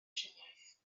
triniaeth